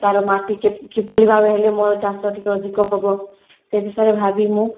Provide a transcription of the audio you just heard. ତାର ମାଟି କିଭଳି ଭାବରେ ହେଲେ ମୋର ଚାଷ ଟିକେ ଅଧିକ ହେବ ସେ ବିଷୟରେ ଭାବି ମୁଁ